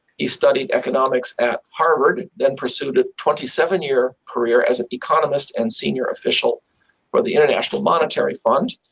he studied economics at harvard, then pursued a twenty seven year career as an economist and senior official for the international monetary fund,